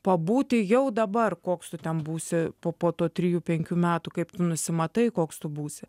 pabūti jau dabar koks tu ten būsi po po to trijų penkių metų kaip tu nusimatai koks tu būsi